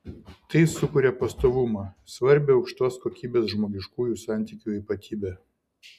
tai sukuria pastovumą svarbią aukštos kokybės žmogiškųjų santykių ypatybę